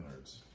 nerds